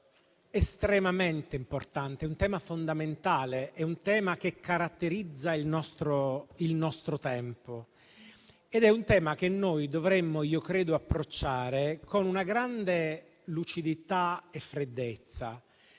è un tema estremamente importante e fondamentale che caratterizza il nostro tempo ed è un tema che noi dovremmo - credo - approcciare con grande lucidità e freddezza,